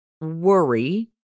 worry